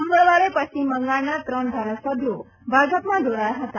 મંગળવારે પશ્ચિમ બંગાળના ત્રણ ધારાસભ્યો ભાજપમાં જોડાયા હતા